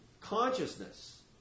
consciousness